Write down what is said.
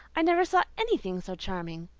i never saw anything so charming!